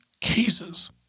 cases